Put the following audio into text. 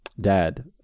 dad